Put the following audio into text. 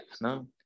no